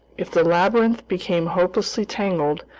if the labyrinth became hopelessly tangled,